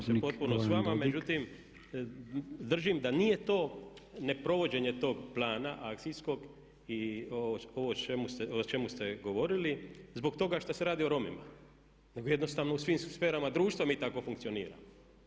Slažem se potpuno s vama, međutim držim da nije to neprovođenje tog plana akcijskog i ovo o čemu ste govorili zbog toga što se radi o Romima nego jednostavno u svim sferama društva mi tako funkcioniramo.